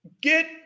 Get